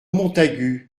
montagu